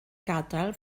gadael